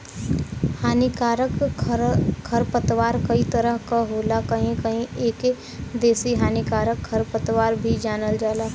हानिकारक खरपतवार कई तरह क होला कहीं कहीं एके देसी हानिकारक खरपतवार भी जानल जाला